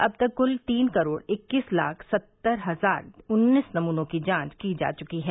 अब तक क्ल तीन करोड़ इक्कीस लाख सत्तर हजार उन्नीस नमूनों की जांच की जा चुकी है